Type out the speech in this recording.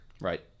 Right